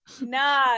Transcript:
nah